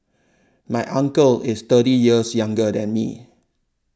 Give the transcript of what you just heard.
my uncle is thirty years younger than me